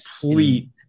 complete